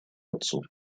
отцу